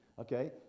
okay